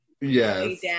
Yes